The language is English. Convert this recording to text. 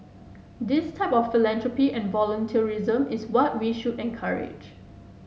this type of philanthropy and volunteerism is what we should encourage